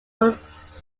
was